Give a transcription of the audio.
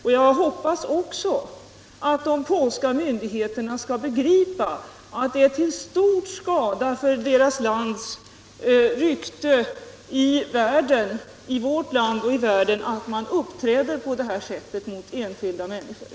Och jag hoppas också att de polska myndigheterna skall begripa att det är till skada för deras lands rykte, i vårt land och i världen i övrigt, att de uppträder på det här sättet mot enskilda människor.